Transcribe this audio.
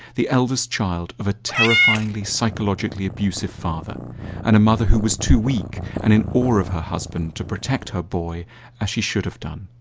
the eldest child of a terrifyingly, psychologically abusive father and a mother who was too weak and in all of her husband to protect her boy as she should have done.